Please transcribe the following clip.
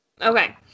Okay